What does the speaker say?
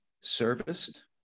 serviced